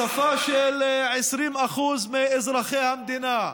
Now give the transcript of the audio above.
שפה של 20% מאזרחי המדינה,